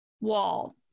wall